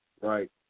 Right